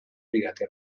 brigate